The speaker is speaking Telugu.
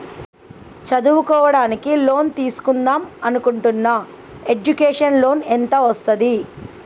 చదువుకోవడానికి లోన్ తీస్కుందాం అనుకుంటున్నా ఎడ్యుకేషన్ లోన్ ఎంత వస్తది?